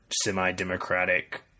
semi-democratic